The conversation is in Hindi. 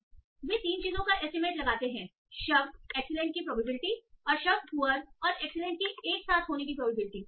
इसलिए वे तीन चीजों का एस्टीमेट लगाते हैं शब्द एक्सीलेंट की प्रोबेबिलिटी और शब्द पुअर और एक्सीलेंट की एक साथ होने की प्रोबेबिलिटी